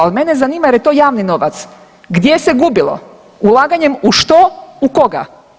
Ali mene zanima jer je to javni novac gdje se gubilo ulaganjem u što, u koga?